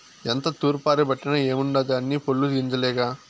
ఎంత తూర్పారబట్టిన ఏముండాది అన్నీ పొల్లు గింజలేగా